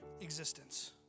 existence